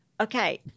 Okay